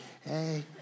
Hey